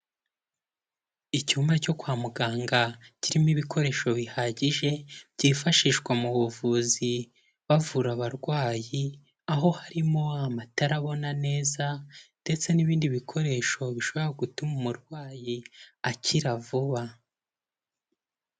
Icyumba cyo kwa muganga kirimo ibikoresho bihagije, byifashishwa mu buvuzi bavura abarwayi, aho harimo amatara abona neza ndetse n'ibindi bikoresho bishobora gutuma umurwayi akira vuba.